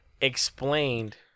explained